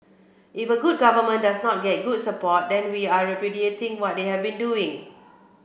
if a good government does not get good support then we are repudiating what they have been doing